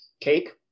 cake